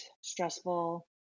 stressful